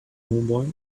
homeboy